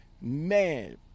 Man